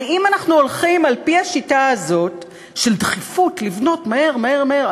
הרי אם אנחנו הולכים על-פי השיטה הזאת של דחיפוּת לבנות מהר מהר מהר,